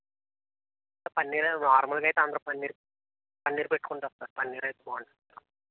పన్నీరా నార్మల్గా అయితే అందరు పన్నీర్ పన్నీర్ పెట్టుకుంటారు సార్ పన్నీర్ అయితే బాగుంటుంది సార్